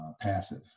passive